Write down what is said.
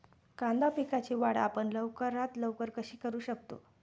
कांदा पिकाची वाढ आपण लवकरात लवकर कशी करू शकतो?